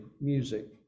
music